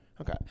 Okay